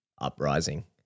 uprising